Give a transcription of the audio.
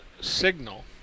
signal